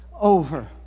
over